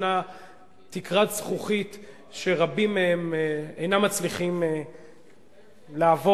ישנה תקרת זכוכית שרבים מהם אינם מצליחים לעבור,